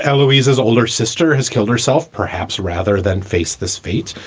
and louisa's older sister has killed herself, perhaps rather than face this fate.